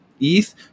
ETH